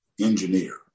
engineer